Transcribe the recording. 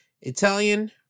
Italian